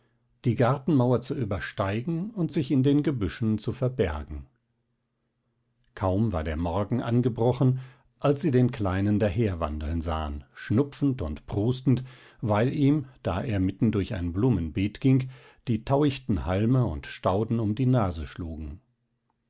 die gartenmauer zu übersteigen und sich in den gebüschen zu verbergen kaum war der morgen angebrochen als sie den kleinen daherwandeln sahen schnupfend und prustend weil ihm da er mitten durch ein blumenbeet ging die tauichten halme und stauden um die nase schlugen